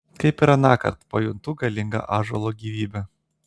kaip ir anąkart pajuntu galingą ąžuolo gyvybę